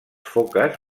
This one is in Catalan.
foques